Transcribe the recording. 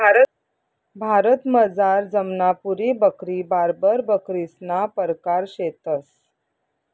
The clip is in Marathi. भारतमझार जमनापुरी बकरी, बार्बर बकरीसना परकार शेतंस